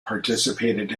participated